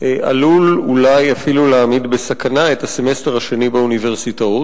עלול אולי אפילו להעמיד בסכנה את הסמסטר השני באוניברסיטאות.